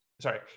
sorry